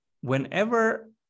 whenever